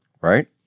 Right